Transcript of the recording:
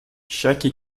chaque